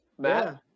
matt